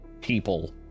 people